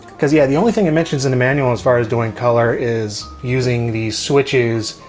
because yeah the only thing it mentions in the manual as far as doing color is using these switches,